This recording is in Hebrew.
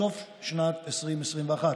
את צביעותם של חברי הכנסת החרדים,